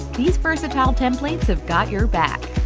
these versatile templates have got your back.